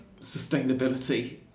sustainability